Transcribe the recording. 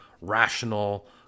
rational